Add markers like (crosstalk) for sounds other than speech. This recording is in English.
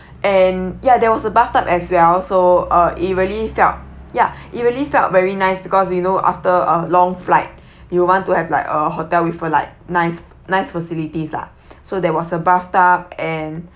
and yeah there was a bathtub as well so uh it really felt yeah it really felt very nice because you know after a long flight you'll want to have like a hotel with uh like nice nice facilities lah (breath) so there was a bathtub and